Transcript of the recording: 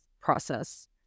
process